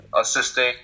assisting